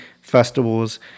festivals